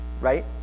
right